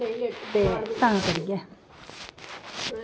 ते तां करियै